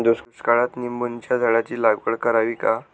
दुष्काळात निंबोणीच्या झाडाची लागवड करावी का?